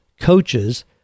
coaches